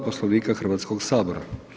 Poslovnika Hrvatskog sabora.